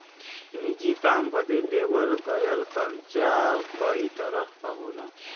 निजी काम बदे लेवल गयल कर्जा कई तरह क होला